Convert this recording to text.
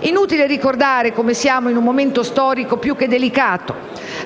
Inutile ricordare che siamo in un momento storico più che delicato.